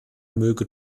möge